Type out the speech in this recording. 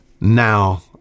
now